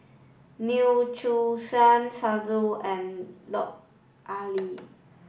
Neo Chwee and Lut Ali